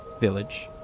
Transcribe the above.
village